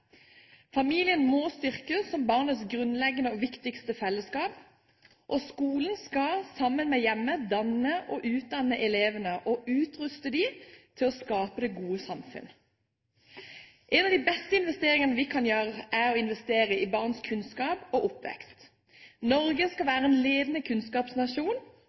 Familien må styrkes som barnets grunnleggende og viktigste felleskap. Skolen skal, sammen med hjemmet, danne og utdanne elevene og utruste dem til å skape det gode samfunn. En av de beste investeringene vi kan gjøre, er å investere i barns kunnskap og oppvekst. Norge skal være en ledende kunnskapsnasjon